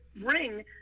ring